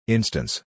Instance